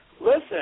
Listen